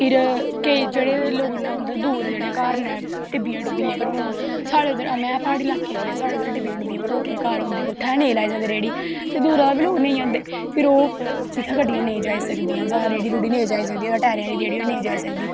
फिर केई लोग जेह्ड़े दूर जेह्ड़े घर नै टिब्बियें टुब्बियै पर हून में पाहाड़ी लाह्के दी ऐं साढ़ै टिब्बियै टुंब्बिये पर घर होंदे उत्थैं नेंई लाई सकदे रेह्ड़ी ते दूरा बी लोग नेंई आंदे फिर ओह् उप्पर जित्थैं गड्डियां नेंई जाई सकदियां जां रहेड़ी रहूड़ी नेंई जाई सकदी टैरें आह्ली रहेड़ी ओह् नेंई जाई सकदी